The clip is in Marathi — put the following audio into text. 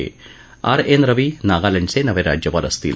तसंच आर एन रवी नागालँडचे नवे राज्यपाल असतील